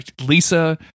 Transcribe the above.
Lisa